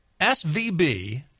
SVB